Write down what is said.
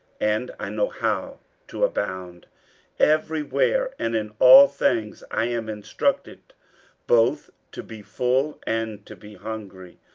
and i know how to abound every where and in all things i am instructed both to be full and to be hungry,